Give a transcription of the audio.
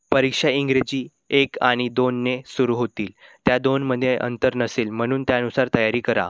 परीक्षा इंग्रजी एक आणि दोनने सुरू होतील त्या दोनमध्ये अंतर नसेल म्हणून त्यानुसार तयारी करा